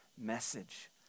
message